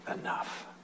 enough